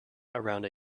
around